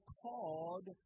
called